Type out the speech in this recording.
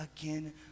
again